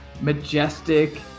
majestic